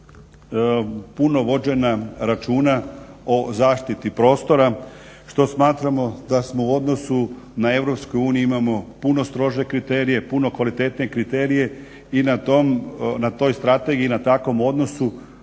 puno vođeno računa o zaštiti prostora što smatramo da smo u odnosu na EU imamo puno strože kriterije, puno kvalitetnije kriterije i na toj strategiji i na takvom odnosu